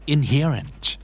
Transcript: Inherent